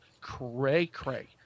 cray-cray